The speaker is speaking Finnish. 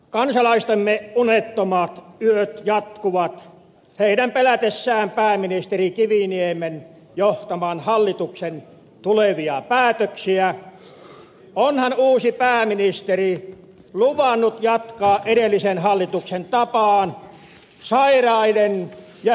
kansalaistemme unettomat yöt jatkuvat heidän pelätessään pääministeri kiviniemen johtaman hallituksen tulevia päätöksiä onhan uusi pääministeri luvannut jatkaa edellisen hallituksen tapaan sairaiden ja heikkojen sortamista